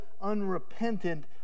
unrepentant